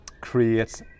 creates